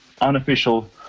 unofficial